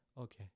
Okay